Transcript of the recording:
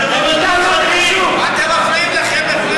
אתם מפריעים לה.